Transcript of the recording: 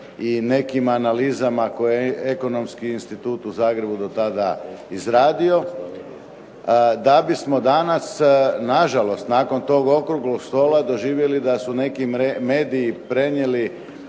i nekim analizama koje ekonomski institut u Zagrebu do tada izradio. Da bismo danas na žalost nakon tog okruglog stola doživjeli da su neki mediji prenijeli